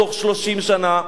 בתוך 30 שנה,